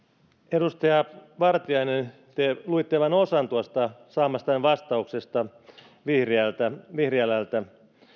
edustaja vartiainen te luitte vain osan tuosta saamastanne vastauksesta vihriälältä vihriälältä